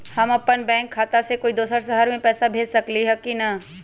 हम अपन बैंक खाता से कोई दोसर शहर में पैसा भेज सकली ह की न?